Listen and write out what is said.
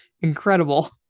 Incredible